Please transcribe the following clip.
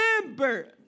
remember